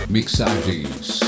Mixagens